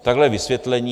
Takhle vysvětlení.